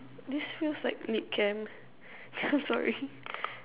this feels like lit camp I'm sorry